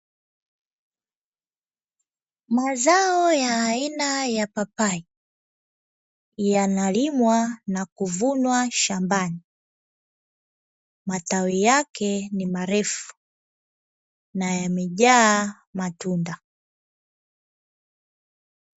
Mazao ya aina ya papai yanalimwa na kuvunwa shambani. Matawi yake ni marefu na yamejaa matunda.